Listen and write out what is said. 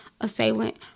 assailant